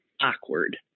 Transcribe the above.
awkward